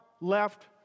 left